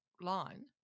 line